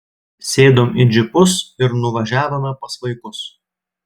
sėdom į džipus ir nuvažiavome pas vaikus